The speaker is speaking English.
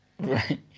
Right